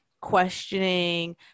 questioning